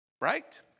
Right